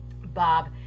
Bob